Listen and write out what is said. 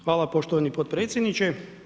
Hvala poštovani potpredsjedniče.